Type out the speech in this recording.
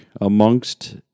amongst